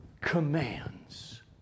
commands